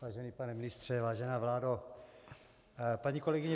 Vážený pane ministře, vážená vládo, paní kolegyně